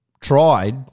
tried